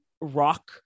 rock